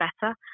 better